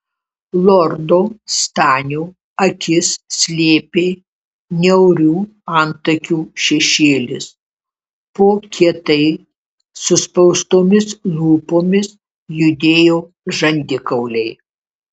lordo stanio akis slėpė niaurių antakių šešėlis po kietai suspaustomis lūpomis judėjo žandikauliai